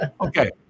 okay